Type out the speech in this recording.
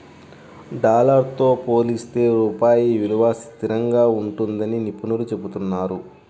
dollar తో పోలిస్తే రూపాయి విలువ స్థిరంగా ఉంటుందని నిపుణులు చెబుతున్నారు